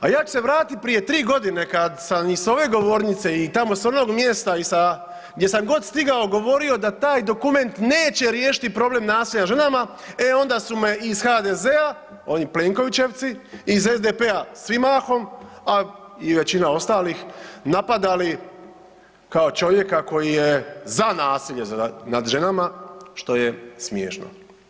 A ja ću se vratiti prije 3 godine kad sam i s ove govornice i tamo s onog mjesta i sa gdje sam god stigao govorio da taj dokument neće riješiti problem nasilja nad ženama, e onda su me iz HDZ-a, oni plenkovićevci, iz SDP-a, svi mahom, a i većina ostalih, napadali kao čovjeka koji je za nasilje nad ženama što je smiješno.